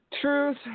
Truth